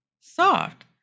soft